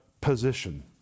position